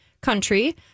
country